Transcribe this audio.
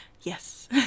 yes